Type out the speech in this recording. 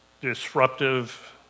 disruptive